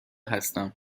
هستم